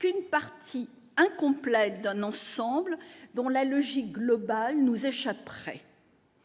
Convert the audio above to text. qu'une partie incomplète d'un ensemble dans la logique globale nous échapperait